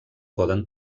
poden